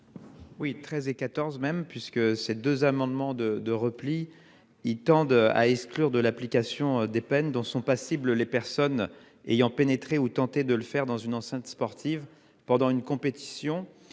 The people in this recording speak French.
Oui, 13 et 14 même puisque ces deux amendements de repli. Ils tendent à exclure de l'application des peines dont sont passibles, les personnes ayant pénétré ou tenter de le faire dans une enceinte sportive pendant une compétition